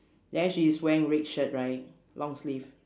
then she is wearing red shirt right long sleeve